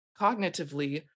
cognitively